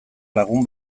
lagun